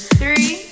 three